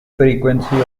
frequency